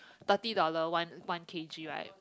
thirty dollar one one K_G right